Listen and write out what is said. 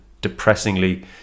depressingly